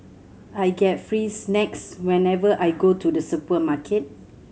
I get free snacks whenever I go to the supermarket